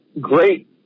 great